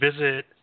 visit –